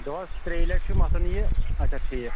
دُہَس ترٛیٚیہِ لَٹہِ چھُ مَتھُن یہٕ اچھا ٹھیٖک